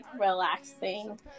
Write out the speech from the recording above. relaxing